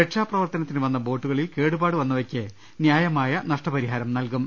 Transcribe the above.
രക്ഷാപ്രവർത്തനത്തിന് വന്ന ബോട്ടുകളിൽ കേടുപാട് വന്നവയ്ക്ക് ന്യായമായ നഷ്ടപ്പരിഹാരം നൽകും